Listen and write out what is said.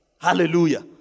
Hallelujah